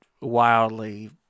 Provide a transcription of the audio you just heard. wildly